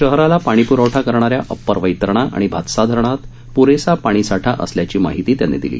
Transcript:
शहराला पाणीप्रवठा करणाऱ्या अप्पर वैतरणा आणि भातसा धरणात प्रेसा पाणीसाठा असल्याची माहिती त्यांनी दिली